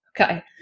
Okay